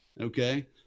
Okay